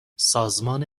سازمان